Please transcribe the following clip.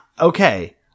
okay